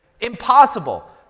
impossible